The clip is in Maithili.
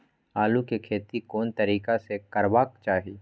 आलु के खेती कोन तरीका से करबाक चाही?